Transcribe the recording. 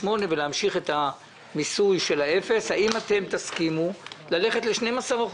ולהמשיך את המיסוי של האפס האם תסכימו ללכת ל-12%,